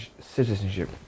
citizenship